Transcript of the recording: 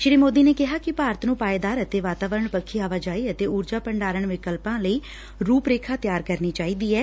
ਸ੍ਰੀ ਮੋਦੀ ਨੇ ੱਕਿਹਾ ਕਿ ਭਾਰਤ ਨ੍ਰੰ ਪਾਏਦਾਰ ਅਤੇ ਵਾਤਾਵਰਣ ਪੱਖੀ ਆਵਾਜਾਈ ਅਤੇ ਊਰਜਾ ਭੰਡਾਰਨ ਵਿਕਲਪਾਂ ਲਈ ਰੂਪਰੇਖਾ ਤਿਆਰ ਕਰਨੀ ਚਾਹੀਦੀ ਐ